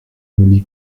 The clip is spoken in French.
emily